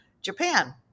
Japan